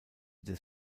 des